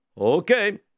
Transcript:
Okay